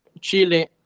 Chile